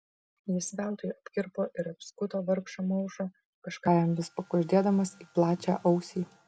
jis veltui apkirpo ir apskuto vargšą maušą kažką jam vis pakuždėdamas į plačią ausį